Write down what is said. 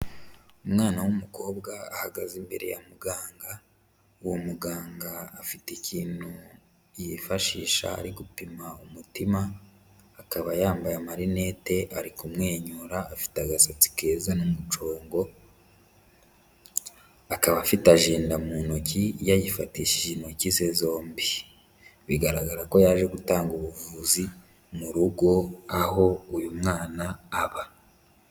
Umwana w'umukobwa ahagaze imbere ya muganga, uwo muganga afite ikintu yifashisha ari gupima umutima, akaba yambaye amarinete, ari kumwenyura, afite agasatsi keza n'umucongo akaba afite ajenda mu ntoki, yayifatishije intoki ze zombi, bigaragara ko yaje gutanga ubuvuzi mu rugo aho uyu mwana aba.